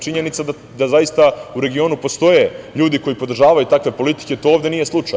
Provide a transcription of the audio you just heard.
Činjenica da zaista u regionu postoje ljudi koji podržavaju takve politike, to ovde nije slučaj.